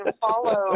follow